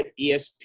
ESPN